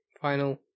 Final